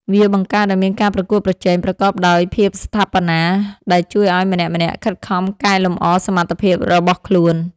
វាបង្កើតឱ្យមានការប្រកួតប្រជែងប្រកបដោយភាពស្ថាបនា ដែលជួយឱ្យម្នាក់ៗខិតខំកែលម្អសមត្ថភាពរបស់ខ្លួន។